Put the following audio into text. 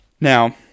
Now